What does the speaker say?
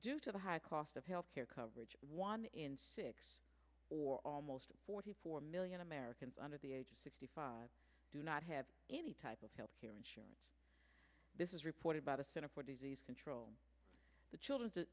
due to the high cost of health care coverage one in six or almost forty four million americans under the age of sixty five do not have any type of health care insurance this is reported by the center for disease control the children